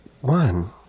one